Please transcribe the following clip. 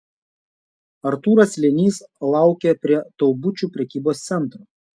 artūras slėnys laukė prie taubučių prekybos centro